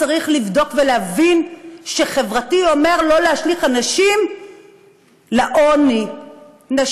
צריך לבדוק ולהבין ש"חברתי" אומר לא להשליך לעוני אנשים.